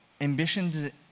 ambition